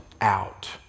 out